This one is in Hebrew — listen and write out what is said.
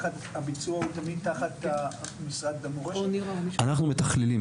אנחנו מתכללים.